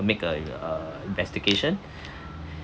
make uh uh investigation